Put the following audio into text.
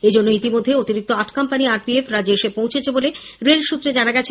এই জন্যে ইতিমধ্যে অতিরিক্ত আট কোম্পানী আরপিএফ রাজ্যে এসে পৌঁছেছে বলে রেল স্ত্রে জানা গিয়েছে